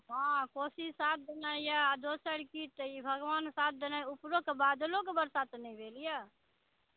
हॅं कोशिश केनाइ यऽ आ दोसर की तऽ ई भगवान साथ देनाइ उपरोके बादलोके बरसा तऽ नहि भेल यऽ